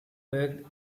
worked